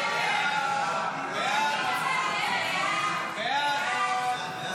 סעיף 2, כהצעת הוועדה,